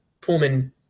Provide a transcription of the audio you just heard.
Pullman